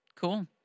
Cool